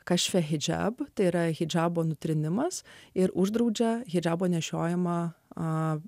kažkiek hidžabą tai yra hidžabo nutrynimas ir uždraudžia hidžabo nešiojimą